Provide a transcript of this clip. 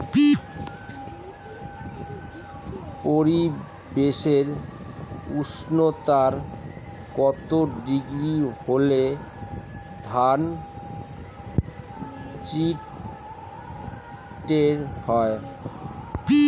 পরিবেশের উষ্ণতা কত ডিগ্রি হলে ধান চিটে হয়?